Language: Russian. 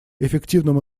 эффективным